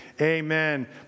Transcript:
amen